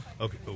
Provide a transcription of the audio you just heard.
Okay